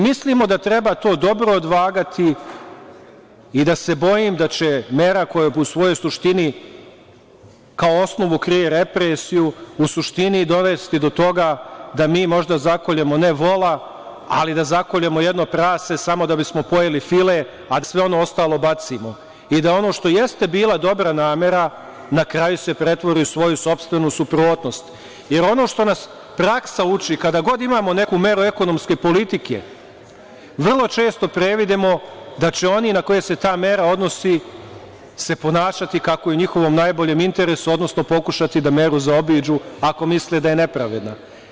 Mislimo da treba to dobro odvagati i da se bojim da će mera koja u svojoj suštini kao osnovu krije represiju, u suštini dovesti do toga da mi možda zakoljemo ne vola, ali da zakoljemo jedno prase samo da bismo pojeli file, a da sve ono ostalo bacimo i da ono što jeste bila dobra namera, na kraju se pretvori u svoju sopstvenu suprotnost, jer ono što nas praksa uči, kada god imamo neku meru ekonomske politike, vrlo često previdimo da će oni na koje se ta mera odnosi, se ponašati kako je u njihovom najboljem interesu, odnosno pokušati da meru zaobiđu, ako misle da je nepravedna.